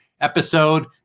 episode